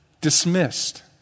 dismissed